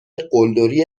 قلدری